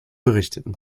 berichteten